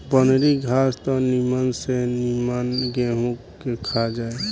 बनरी घास त निमन से निमन गेंहू के खा जाई